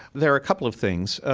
there are a couple of things.